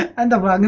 and but i mean